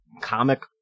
comic